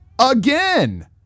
Again